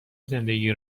زندگی